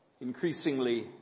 increasingly